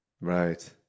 right